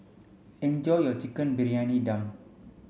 enjoy your Chicken Briyani Dum